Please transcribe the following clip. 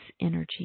energy